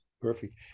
Perfect